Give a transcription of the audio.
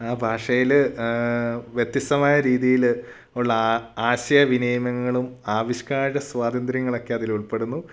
ആ ഭാഷയിൽ വ്യത്യസ്തമായ രീതിയിൽ ഉള്ള ആശയ വിനിമയങ്ങളും ആവിഷ്കാര സ്വാതന്ത്ര്യങ്ങളൊക്കെ അതിലുൾപ്പെടുന്നു